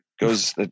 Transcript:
goes